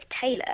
Taylor